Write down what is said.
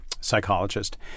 psychologist